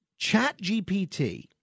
ChatGPT